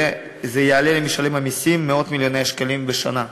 זה יעלה למשלם המסים מאות מיליוני שקלים בשנה.